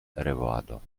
revado